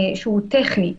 שהוא טכני,